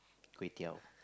kway-teow